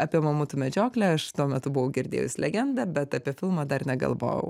apie mamutų medžioklę aš tuo metu buvau girdėjus legendą bet apie filmą dar negalvojau